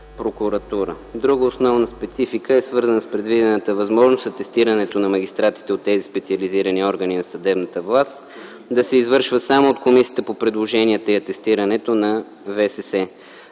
Друга основна специфика е свързана с предвидената възможност атестирането на магистратите от тези специализирани органи на съдебната власт да се извършва само от Комисията по предложенията и атестирането на ВСС.